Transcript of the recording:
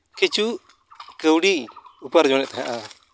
ᱠᱤᱪᱷᱩ ᱠᱟᱹᱣᱰᱤᱧ ᱩᱯᱟᱨᱡᱚᱱᱮᱫ ᱛᱟᱦᱮᱸᱜᱼᱟ